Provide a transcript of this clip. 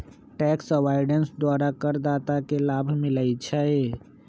tax avoidance द्वारा करदाता के लाभ मिलइ छै